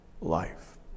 life